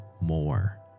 more